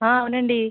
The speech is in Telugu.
అవునండి